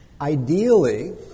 ideally